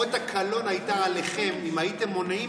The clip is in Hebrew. אות הקלון הייתה עליכם אם הייתם מונעים